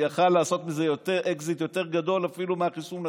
הוא יכול לעשות מזה אקזיט יותר גדול אפילו מהחיסון עצמו,